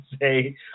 say